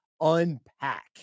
UNPACK